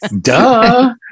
Duh